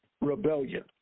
rebellion